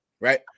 right